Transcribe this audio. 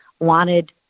wanted